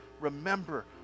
Remember